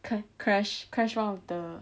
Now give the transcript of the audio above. car~ crash crash one of the